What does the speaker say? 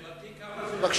שאלתי כמה זה פר יחיד.